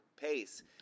pace